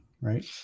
right